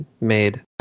made